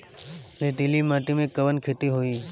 रेतीली माटी में कवन खेती होई?